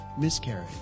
miscarriage